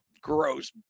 gross